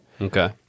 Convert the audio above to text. Okay